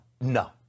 No